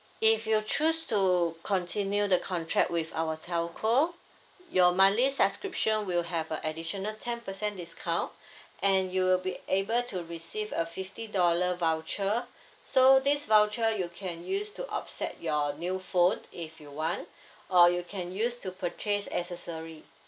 if you choose to continue the contract with our telco your monthly subscription will have uh additional ten percent discount and you'll be able to receive a fifty dollar voucher so this voucher you can use to offset your new phone if you want or you can use to purchase accessory